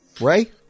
Ray